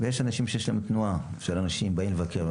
ויש אנשים שיש להם תנועה של אנשים שבאים לבקר.